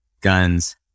guns